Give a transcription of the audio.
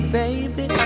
baby